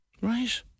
Right